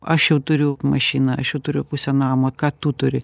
aš jau turiu mašiną aš jau turiu pusę namo ką tu turi